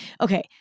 okay